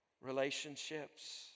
Relationships